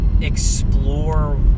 explore